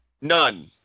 None